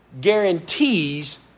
guarantees